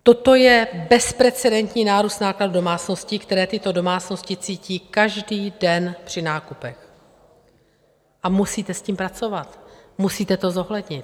Toto je bezprecedentní nárůst nákladů domácností, které tyto domácnosti cítí každý den při nákupech, a musíte s tím pracovat, musíte to zohlednit.